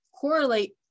correlate